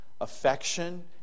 Affection